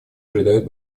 придает